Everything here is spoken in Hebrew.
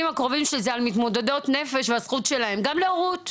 הקרובים שלי זה על מתמודדות נפש והזכות שלהן גם להורות בצל המחלה.